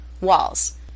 walls